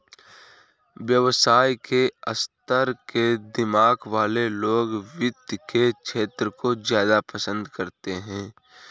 व्यवसाय के स्तर के दिमाग वाले लोग वित्त के क्षेत्र को ज्यादा पसन्द करते हैं